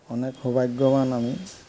অনেক সৌভাগ্যৱান আমি